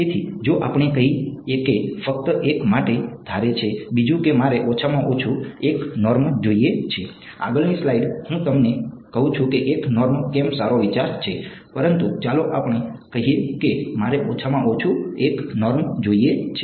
તેથી જો આપણે કહીએ કે ફક્ત એક માટે ધારે છે બીજું કે મારે ઓછામાં ઓછું 1 નોર્મ જોઈએ છે આગળની સ્લાઇડ્સ હું તમને કહું છું કે 1 નોર્મ કેમ સારો વિચાર છે પરંતુ ચાલો આપણે કહીએ કે મારે ઓછામાં ઓછું 1 નોર્મ જોઈએ છે